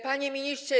Panie Ministrze!